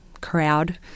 crowd